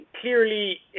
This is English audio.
clearly